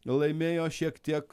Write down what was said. laimėjo šiek tiek